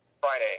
Friday